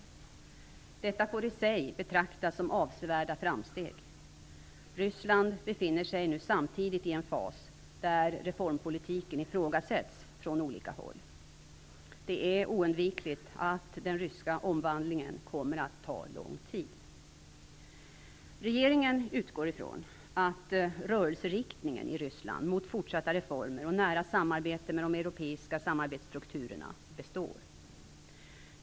Detta får i sig betraktas som avsevärda framsteg. Ryssland befinner sig nu samtidigt i en fas där reformpolitiken ifrågasätts från olika håll. Det är oundvikligt att den ryska omvandlingen kommer att ta lång tid. Regeringen utgår ifrån att rörelseriktningen i Ryssland mot fortsatta reformer och nära samarbete med de europeiska samarbetsstrukturerna består.